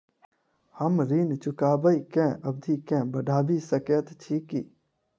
हम ऋण चुकाबै केँ अवधि केँ बढ़ाबी सकैत छी की?